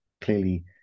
clearly